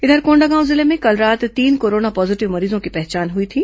इधर कोंडागांव जिले में कल रात तीन कोरोना पॉजीटिव मरीजों की पहचान हुई थी